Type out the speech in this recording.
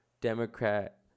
Democrat